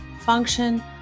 function